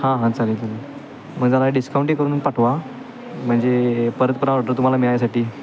हां हां चालेल चालेल मग जरा डिस्काउंटही करून पाठवा म्हणजे परत परत ऑर्डर तुम्हाला मिळायसाठी